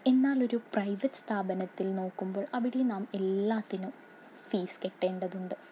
എന്നലൊരു private സ്ഥാപനത്തിൽ നോക്കുമ്പോൾ അവിടെ നാം എല്ലാത്തിനും ഫീസ് കെട്ടേണ്ടതുണ്ട്